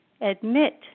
Admit